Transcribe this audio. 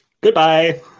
goodbye